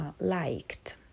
liked